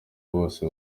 bose